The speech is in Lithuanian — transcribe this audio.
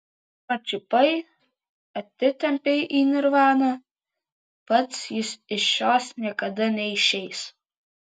pačiupai atitempei į nirvaną pats jis iš jos niekada neišeis